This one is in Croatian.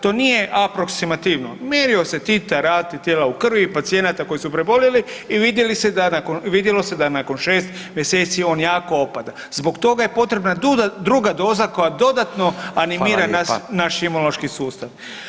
To nije aproksimativno, mjerio se titar antitijela u krvi pacijenata koji su preboljeli i vidjelo se da nakon šest mjeseci on jako opada, zbog toga je potrebna druga doza koja dodatno animira naš imunološki sustav